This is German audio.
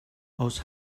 aus